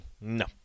no